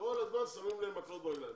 כל הזמן שמים להם מקלות בגלגלים.